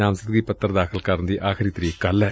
ਨਾਮਜ਼ਦਗੀ ਪੱਤਰ ਦਾਖ਼ਲ ਕਰਨ ਦੀ ਆਖਰੀ ਤਰੀਕ ਕੱਲ ਏ